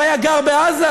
כבר היה גר בעזה,